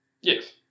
yes